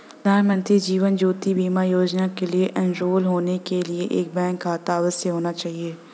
प्रधानमंत्री जीवन ज्योति बीमा योजना में एनरोल होने के लिए एक बैंक खाता अवश्य होना चाहिए